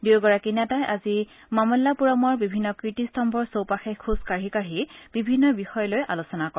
দুয়োগৰাকী নেতাই আজি মামল্লাপুৰমৰ বিভিন্ন কীৰ্তিস্তম্ভৰ চৌপাশে খোজ কাঢ়ি কাঢ়ি বিভিন্ন বিষয় লৈ আলোচনা কৰে